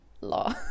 law